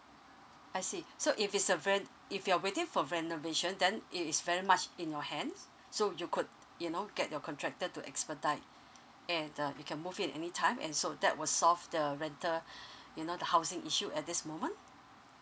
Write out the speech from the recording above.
I see so if it's a ve~ if you're waiting for renovation then it is very much in your hands so you could you know get your contractor to expedite and uh you can move in anytime and so that will solve the rental you know the housing issue at this moment